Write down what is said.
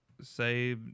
say